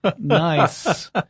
Nice